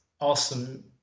awesome